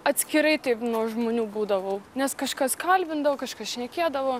atskirai nuo žmonių būdavau nes kažkas kalbindavo kažkas šnekėdavo